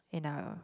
in a